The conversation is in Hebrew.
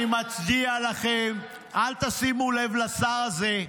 אני מצדיע לכם, אל תשימו לב לשר הזה.